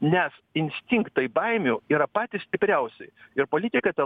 nes instinktai baimių yra patys stipriausi ir politikai tą